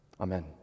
Amen